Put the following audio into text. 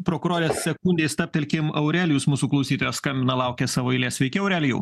prokurore sekundei stabtelkim aurelijus mūsų klausytojas skambina laukia savo eilės sveiki aurelijau